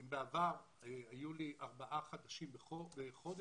אם בעבר היו לי ארבעה בחודש,